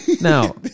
Now